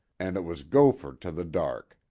and it was gopher to the dark.